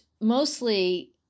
mostly